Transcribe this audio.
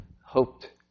hoped